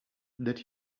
that